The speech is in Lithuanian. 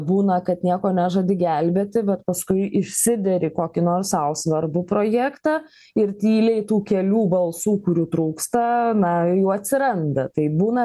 būna kad nieko nežadi gelbėti bet paskui išsideri kokį nors sau svarbų projektą ir tyliai tų kelių balsų kurių trūksta na jų atsiranda tai būna